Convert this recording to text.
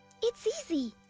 it's easy.